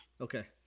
Okay